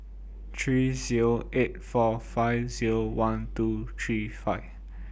three Zero eight four five Zero one two three five